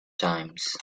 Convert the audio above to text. times